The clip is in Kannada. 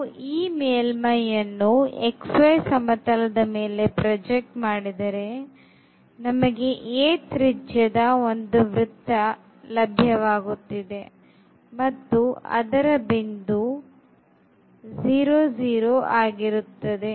ನಾವು ಈ ಮೇಲ್ಮೈಯನ್ನು xy ಸಮತಲದ ಮೇಲೆ ಪ್ರಜೆಕ್ಟ್ ಮಾಡಿದರೆ ನಮಗೆ a ತ್ರಿಜ್ಯದ ಒಂದು ವೃತ್ತ ಲಭ್ಯವಾಗುತ್ತದೆ ಮತ್ತು ಅದರ ಕೇಂದ್ರಬಿಂದು 00 ಆಗಿರುತ್ತದೆ